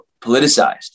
politicized